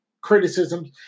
criticisms